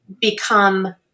become